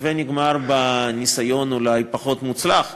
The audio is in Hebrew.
וכלה בניסיון האולי-פחות-מוצלח,